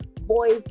boys